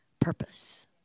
purpose